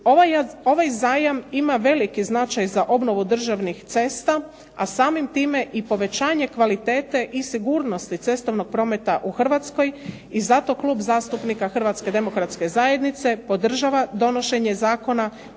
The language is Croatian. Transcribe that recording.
Ovaj zajam ima veliki značaj za obnovu državnih cesta, a samim time i povećanje kvalitete i sigurnosti cestovnog prometa u Hrvatskoj, i zato Klub zastupnika Hrvatske demokratske zajednice podržava donošenje Zakona